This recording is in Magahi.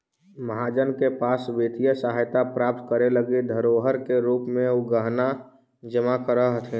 महाजन के पास वित्तीय सहायता प्राप्त करे लगी धरोहर के रूप में उ गहना जमा करऽ हथि